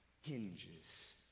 hinges